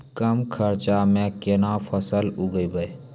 कम खर्चा म केना फसल उगैबै?